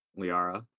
Liara